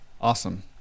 Awesome